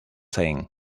saying